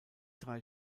drei